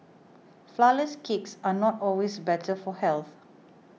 Flourless Cakes are not always better for health